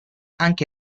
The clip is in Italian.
anche